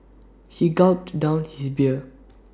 he gulped down his beer